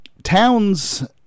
towns